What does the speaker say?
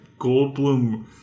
Goldblum